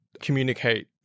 communicate